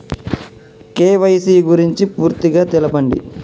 KYC గురించి పూర్తిగా తెలపండి?